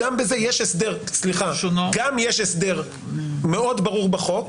גם יש הסדר מאוד ברור בחוק,